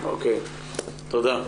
אוקיי, תודה.